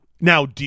Now